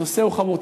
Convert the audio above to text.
הנושא הוא חמור.